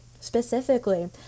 specifically